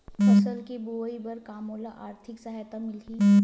फसल के बोआई बर का मोला आर्थिक सहायता मिलही?